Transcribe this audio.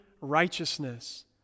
righteousness